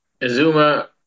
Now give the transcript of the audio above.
Azuma